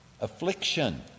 affliction